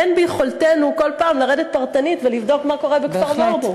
אין ביכולתנו כל פעם לרדת פרטנית ולבדוק מה קורה בכפר-ורבורג.